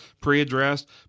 pre-addressed